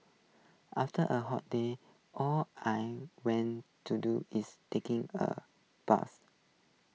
after A hot day all I went to do is taking A bath